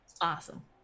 awesome